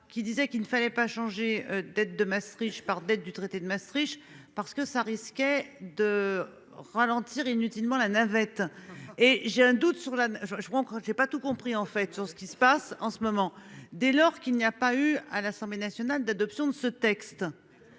qui disait qu'il ne fallait pas changer d'être de Maastricht par du traité de Maastricht parce que ça risquait de ralentir inutilement la navette et j'ai un doute sur la je prends quand j'ai pas tout compris en fait sur ce qui se passe en ce moment, dès lors qu'il n'y a pas eu à l'Assemblée nationale d'adoption de ce texte.